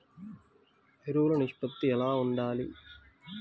ఎరువులు నిష్పత్తి ఎలా ఉండాలి?